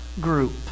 group